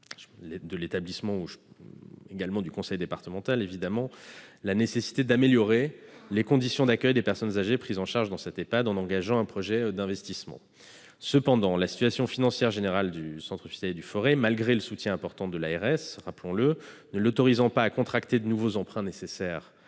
l'établissement et le conseil départemental -, de la nécessité d'améliorer les conditions d'accueil des personnes âgées qui y sont prises en charge en engageant un projet d'investissement. Cependant, la situation financière générale du Centre hospitalier du Forez, malgré le soutien important de l'ARS, ne l'autorisant pas à contracter les nouveaux emprunts nécessaires